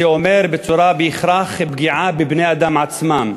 זה אומר בהכרח פגיעה בבני-האדם עצמם,